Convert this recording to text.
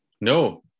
No